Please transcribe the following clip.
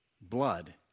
blood